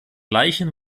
leichen